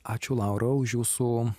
ačiū laura už jūsų